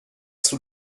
sous